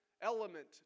element